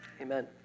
Amen